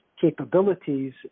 capabilities